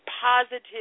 positive